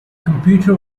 computer